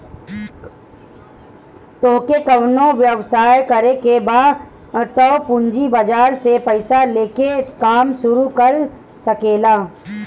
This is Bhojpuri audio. तोहके कवनो व्यवसाय करे के बा तअ पूंजी बाजार से पईसा लेके काम शुरू कर सकेलअ